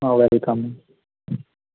welcome